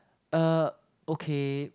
uh okay